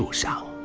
so south